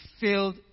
filled